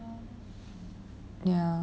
ya